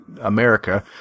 America